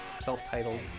self-titled